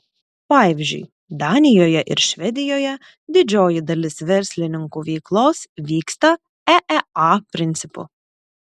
pavyzdžiui danijoje ir švedijoje didžioji dalis verslininkų veiklos vyksta eea principu